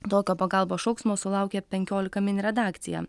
tokio pagalbos šauksmo sulaukė penkiolika min redakcija